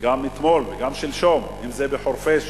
וגם אתמול וגם שלשום, אם זה בחורפיש